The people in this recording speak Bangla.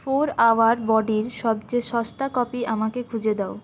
ফোর আওয়ার বডি র সবচেয়ে সস্তা কপি আমাকে খুঁজে দাও